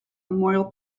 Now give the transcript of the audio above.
memorial